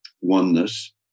Oneness